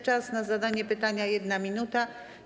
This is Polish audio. Czas na zadanie pytania - 1 minuta.